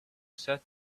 said